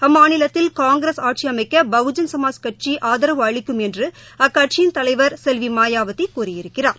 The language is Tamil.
அம்மாநிலத்தில் காங்கிரஸ் ஆட்சிஅமைக்கபகுஜன் சமாஜ் கட்சிஆதரவு அளிக்கும் என்றுஅக்கட்சியின் தலைவர் மாயாவதிகூறியிருக்கிறார்